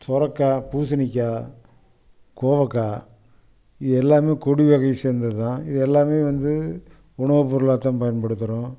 சுரக்கா பூசணிக்காய் கோவக்காய் இது எல்லாம் கொடி வகையை சேர்ந்தது தான் இது எல்லாம் வந்து உணவுப் பொருளாக தான் பயன்படுத்துகிறோம்